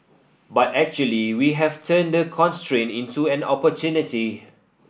but actually we have turned the constraint into an opportunity